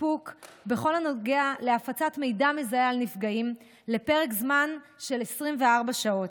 ואיפוק בכל הנוגע להפצת מידע מזהה על נפגעים לפרק זמן של 24 שעות.